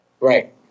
Right